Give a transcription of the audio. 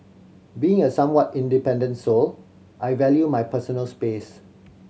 being a somewhat independent soul I value my personal space